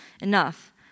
Enough